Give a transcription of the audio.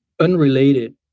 unrelated